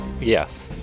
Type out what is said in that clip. Yes